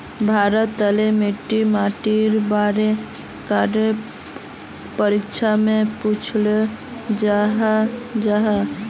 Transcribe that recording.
भारत तोत मिट्टी माटिर बारे कैडा परीक्षा में पुछोहो जाहा जाहा?